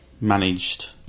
managed